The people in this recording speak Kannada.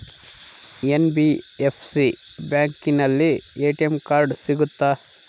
ಎನ್.ಬಿ.ಎಫ್.ಸಿ ಬ್ಯಾಂಕಿನಲ್ಲಿ ಎ.ಟಿ.ಎಂ ಕಾರ್ಡ್ ಸಿಗುತ್ತಾ?